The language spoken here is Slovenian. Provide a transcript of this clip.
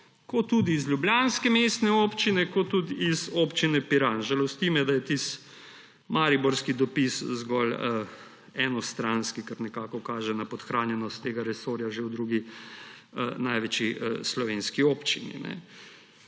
kot tudi iz ljubljanske mestne občine, kot tudi iz občine Piran. Žalosti me, da je tisti mariborski dopis zgolj enostranski, kar nekako kaže na podhranjenost tega resorja že v drugi največji slovenski občini.